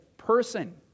Person